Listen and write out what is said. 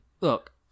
Look